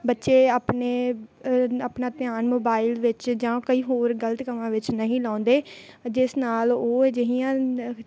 ਬੱਚੇ ਆਪਣੇ ਆਪਣਾ ਧਿਆਨ ਮੋਬਾਈਲ ਵਿੱਚ ਜਾਂ ਕਈ ਹੋਰ ਗਲਤ ਕੰਮਾਂ ਵਿੱਚ ਨਹੀਂ ਲਗਾਉਂਦੇ ਜਿਸ ਨਾਲ ਉਹ ਅਜਿਹੀਆਂ